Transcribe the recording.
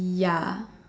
ya